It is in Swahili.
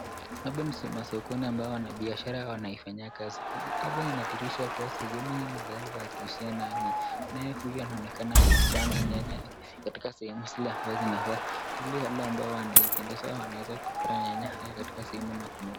Hapa ni masokoni ambao wanabiashara wanaifanyia kazi, hapa inadhihirisha kuwa sokoni hii ni pahali pa kuuzia nayo nyanya, naye huyu anaonekana akipanga nyanya akiweka sehemu zile ambayo zinafaa ili wale ambao wanapendezwa wanaeza kupata nyanya haya katika sehemu na kununua.